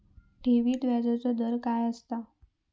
ठेवीत व्याजचो दर काय असता?